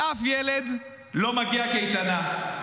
לאף ילד לא מגיעה קייטנה,